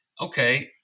Okay